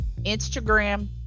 Instagram